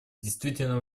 действительно